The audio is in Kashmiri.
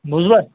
بوٗزوا